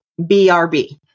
brb